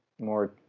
more